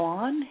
on